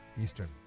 Eastern